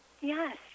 Yes